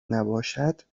نباشد